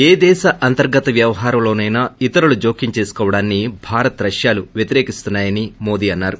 ఏ దేశ అంతర్గత వ్యవహారంలోనైనా ఇతరులు జోక్యం చేసుకోవడాన్ని భారత్ రష్యాలు వ్వతిరేకిస్తాయని మోడీ అన్నారు